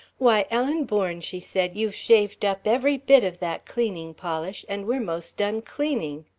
why, ellen bourne, she said, you've shaved up every bit of that cleaning polish and we're most done cleaning.